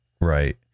Right